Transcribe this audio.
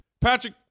Patrick